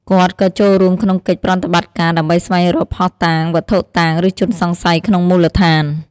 គាត់ក៏ចូលរួមក្នុងកិច្ចប្រតិបត្តិការដើម្បីស្វែងរកភស្តុតាងវត្ថុតាងឬជនសង្ស័យក្នុងមូលដ្ឋាន។